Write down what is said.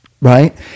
right